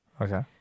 Okay